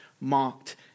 mocked